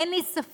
אין לי ספק